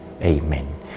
Amen